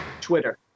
Twitter